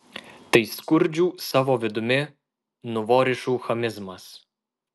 tai skurdžių savo vidumi nuvorišų chamizmas